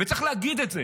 וצריך להגיד את זה,